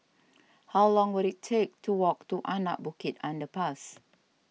how long will it take to walk to Anak Bukit Underpass